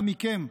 גם מכם,